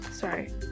Sorry